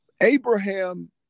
Abraham